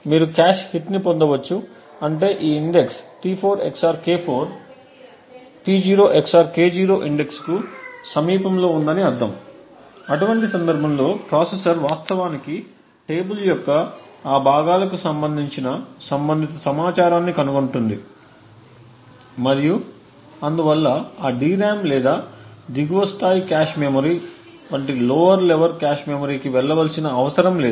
మీరు కాష్ హిట్ని పొందవచ్చు అంటే ఈ index T4 XOR K4 P0 XOR K0 index కు సమీపంలో ఉందని అర్థం అటువంటి సందర్భంలో ప్రాసెసర్ వాస్తవానికి టేబుల్ యొక్క ఆ భాగాలకు సంబంధించిన సంబంధిత సమాచారాన్ని కనుగొంటుంది మరియు అందువల్ల ఆ DRAM లేదా దిగువ స్థాయి కాష్ మెమరీ వంటి లోయర్ లెవెల్ కాష్ మెమరీ కి వెళ్లవలసిన అవసరం లేదు